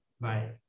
Bye